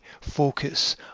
focus